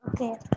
Okay